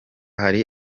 hari